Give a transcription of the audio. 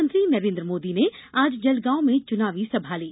प्रधानमंत्री नरेन्द्र मोदी ने आज जलगांव में च्नावी सभा ली